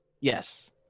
Yes